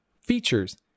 features